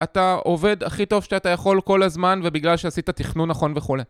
אתה עובד הכי טוב שאתה יכול כל הזמן, ובגלל שעשית תכנון נכון וכולי.